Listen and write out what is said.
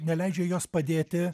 neleidžia jos padėti